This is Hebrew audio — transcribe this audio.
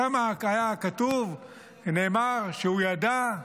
שם היה כתוב ונאמר שהוא ידע.